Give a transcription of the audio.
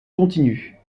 continues